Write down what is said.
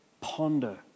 ponder